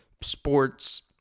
sports